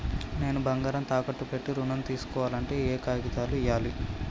నేను బంగారం తాకట్టు పెట్టి ఋణం తీస్కోవాలంటే ఏయే కాగితాలు ఇయ్యాలి?